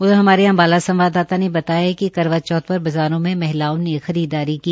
उधर हमारे अम्बाला संवाददाता ने बताया कि करवा चौथ पर बाज़ारों में महिलाओं ने खरीददारी की